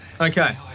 Okay